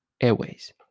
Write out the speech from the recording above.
Airways